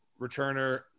returner